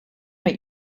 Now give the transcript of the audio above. make